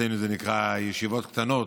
אצלנו זה נקרא ישיבות קטנות,